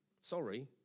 Sorry